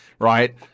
right